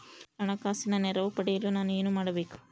ಹಣಕಾಸಿನ ನೆರವು ಪಡೆಯಲು ನಾನು ಏನು ಮಾಡಬೇಕು?